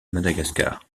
madagascar